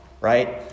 right